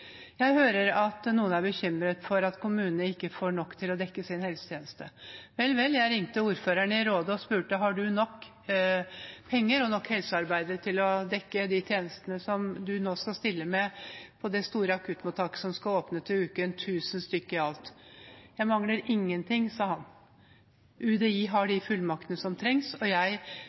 Jeg hører at noen er bekymret for at kommunene ikke får nok til å dekke sin helsetjeneste. Vel, jeg ringte ordføreren i Råde og spurte: Har du nok penger og nok helsearbeidere til å dekke de tjenestene som du nå skal stille med på det store akuttmottaket som skal åpne til uken – 1 000 stykker i alt? Jeg mangler ingenting, sa han, UDI har de fullmaktene som trengs, og jeg